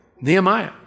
Nehemiah